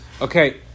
Okay